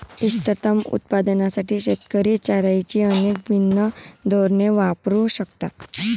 इष्टतम उत्पादनासाठी शेतकरी चराईची अनेक भिन्न धोरणे वापरू शकतात